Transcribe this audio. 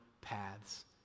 paths